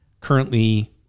currently